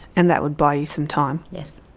and that would buy you some time? yes.